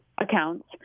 accounts